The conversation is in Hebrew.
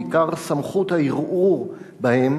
בעיקר סמכות הערעור בהם,